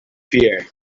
fear